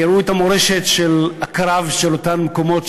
יראו את מורשת הקרב של אותם מקומות,